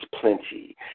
plenty